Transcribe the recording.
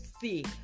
see